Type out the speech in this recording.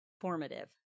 Formative